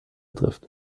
betrifft